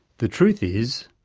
the truth is,